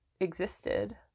existed